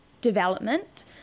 development